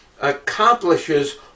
accomplishes